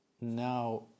now